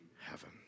heaven